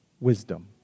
wisdom